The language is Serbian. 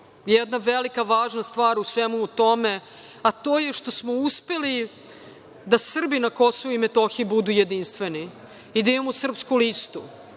jedna velika važna stvar u svemu tome je što smo uspeli da Srbi na Kosovu i Metohiji budu jedinstveni i da imamo Srpsku listu.